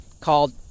called